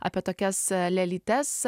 apie tokias lėlytes